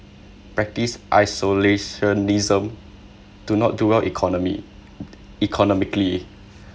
practise isolationism do not do well economy economically